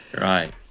Right